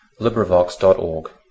LibriVox.org